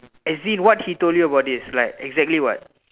as in what he told you about this like exactly what